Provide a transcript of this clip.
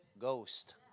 Ghost